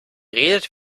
redet